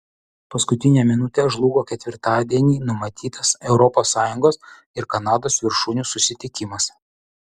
paskutinę minutę žlugo ketvirtadienį numatytas europos sąjungos ir kanados viršūnių susitikimas